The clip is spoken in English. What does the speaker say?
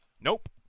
Nope